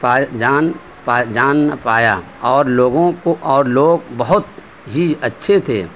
پائے جان پا جان پایا اور لوگوں کو اور لوگ بہت ہی اچھے تھے